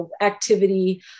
activity